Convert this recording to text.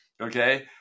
okay